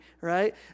right